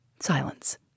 Silence